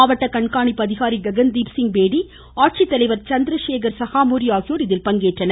மாவட்ட கண்காணிப்பு அதிகாரி ககன்தீப் சிங் பேடி ஆட்சித்தலைவர் சந்திரசேகர் சகாமூரி ஆகியோர் இதில் பங்கேற்றனர்